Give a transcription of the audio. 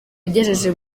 igejeje